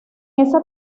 esa